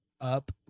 up